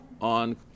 on